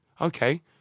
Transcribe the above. Okay